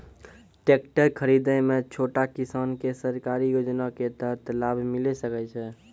Tractor खरीदै मे छोटो किसान के सरकारी योजना के तहत लाभ मिलै सकै छै?